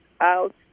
out